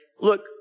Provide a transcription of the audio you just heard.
look